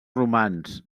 romans